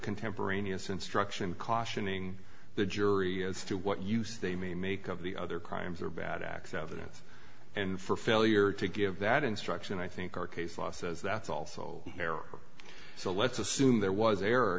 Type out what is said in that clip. contemporaneous instruction cautioning the jury as to what use they may make of the other crimes or bad acts of it and for failure to give that instruction i think our case law says that's also an error so let's assume there was error